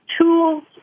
tools